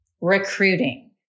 recruiting